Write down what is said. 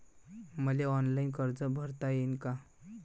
मले ऑनलाईन कर्ज भरता येईन का?